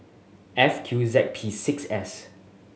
F Q Z P six S